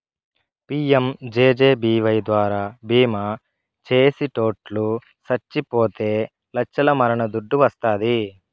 PMJJBY ద్వారా బీమా చేసిటోట్లు సచ్చిపోతే లచ్చల మరణ దుడ్డు వస్తాది